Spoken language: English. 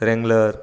wrangler